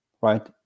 right